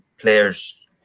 players